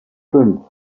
fünf